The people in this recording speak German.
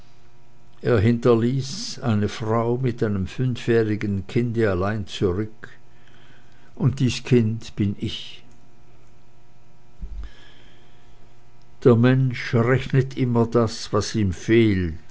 seine frau mit einem fünfjährigen kinde allein zurück und dies kind bin ich der mensch rechnet immer das was ihm fehlt